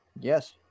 Yes